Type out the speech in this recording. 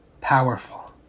Powerful